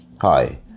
hi